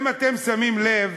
אם אתם שמים לב,